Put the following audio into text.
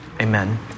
Amen